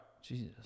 Jesus